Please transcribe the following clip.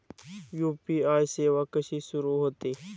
UPI सेवा कशी सुरू होते?